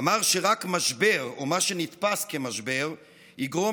אמר שרק משבר או מה שנתפס כמשבר יגרום